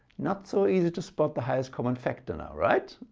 not so easy to spot the highest common factor now right?